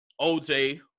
OJ